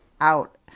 out